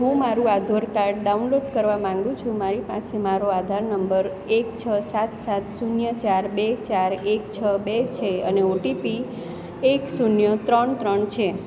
હું મારું Aadhaar card download કરવા માગું છું મારી પાસે મારો આધાર નંબર એક છ સાત સાત શૂન્ય ચાર બે ચાર એક છ બે છે અને ઓટીપી એક શૂન્ય ત્રણ ત્રણ છે